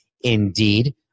Indeed